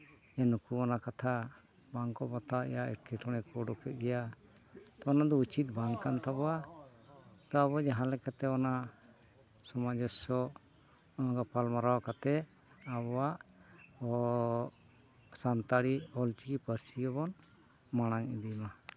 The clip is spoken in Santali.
ᱡᱮ ᱱᱩᱠᱩ ᱚᱱᱟ ᱠᱟᱛᱷᱟ ᱵᱟᱝᱠᱚ ᱵᱟᱛᱟᱣᱮᱜᱼᱟ ᱮᱴᱠᱮᱴᱚᱬᱮ ᱠᱚ ᱩᱰᱩᱠᱮᱫ ᱜᱮᱭᱟ ᱛᱚ ᱚᱱᱟ ᱫᱚ ᱩᱪᱤᱛ ᱵᱟᱝ ᱠᱟᱱ ᱛᱟᱵᱚᱣᱟ ᱛᱚ ᱟᱵᱚ ᱡᱟᱦᱟᱸᱞᱮᱠᱟᱛᱮ ᱚᱱᱟ ᱥᱟᱢᱚᱧᱡᱚᱥᱥᱚ ᱜᱟᱯᱟᱞᱢᱟᱨᱟᱣ ᱠᱟᱛᱮᱫ ᱟᱵᱚᱣᱟᱜ ᱥᱟᱱᱛᱟᱲᱤ ᱚᱞᱪᱤᱠᱤ ᱯᱟᱹᱨᱥᱤ ᱟᱵᱚᱱ ᱢᱟᱲᱟᱝ ᱤᱫᱤᱢᱟ